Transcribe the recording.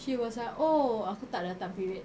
she was like oh aku tak datang period